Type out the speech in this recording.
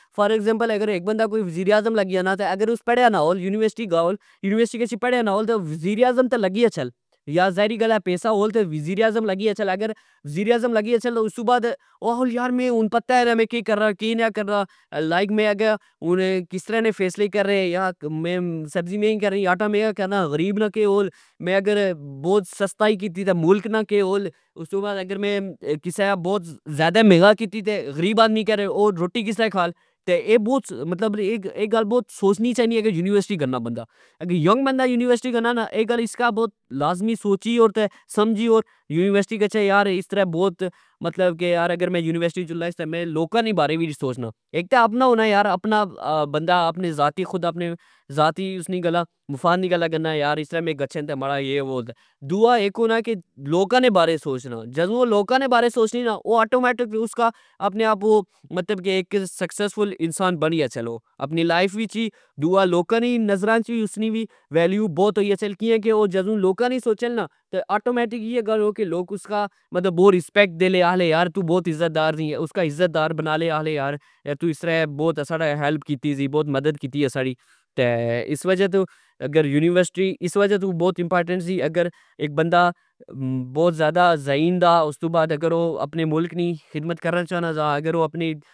فار ایکزیمپل اگر اک بندا کوئی وظیرعظم لگی جانا .تہ اگر اس پڑیا نا ہول یونیورسٹی گول یونیورسٹی گچھی پڑیا نا ہول تہ وزیرعظم تہ لگی گچھہ, یا ذاہری گل اہہ پیسا ہول تہ وزیرعظم لگی گچھہ استو بعد آکھہ یار می ہن پتا نا کہ میں کہ کرنا کہ نا کرنا لائک ہن مین اگہ کس طرع نے فیصلے کرنے یا میں سبزی مہنگی ,کرنی آٹا مہنگاکرنا ,غریب نا کہ ہول میں اگر بوت سستائی کیتی تہ ملک نا کہ ہول .اگرمیں ذیادہ مہنگی کیتی تہ غریب آدمی روٹی کسطرع کھال .مطلب اے گل بوت سوچنی چائی نی اگر یونیورسٹی گچھنا بندا اگر ینگ بندا یونیورسٹی گنا نا اے گل اس کا بوت کاظمی سوچی اور تہ سمجی اور یوینورسٹی گچھہ یار اسطرع بوت مطلب کہ یونیورسٹی جلنا تہ میں لوکاں نے بارے وچ وی سوچنا .اک تہ اپنا ہانا کہ بندا اپنا ذاتی خود اپنے ذاتی گلاں مفاد نیاں گلاں کرنا یار اس طرع مین گچھا ماڑا یہ وہ دوا اے ہونا کہ ,لوکا نےبارے عچ سوچنا جدو او لوکا نے بارے سوچنے نا او آٹومیٹک اسکا اپنے آپ مطلب کہ اک سکسیس فل انسان بنی گچھنا. اپنی لائف وچ وی دوا لوکا نی نظرا وچ اسنی وی ویلیو بوت ہوئی گچھے .کینا جدو لوکا نیا سوچہ نا آٹومیٹک ایہ گل ہو کہ لوک اسکا بوت ریسپیکٹ دیلے آکھنے ,تو بوت ازت دار دی اسکا ازت دار بنان لے آکھنے یار تو اس طرع بوت ساڑی ہیلپ کیتی سی مدد کیتی سی اس وجہ تو اگر یونیورسٹی اس وجہ تو بوت امپارٹنٹ سی اک بندا بوت ذیادہ ذہین دا او اپنے ملک نی خدمت کرنا طانا سا اگر او اپنی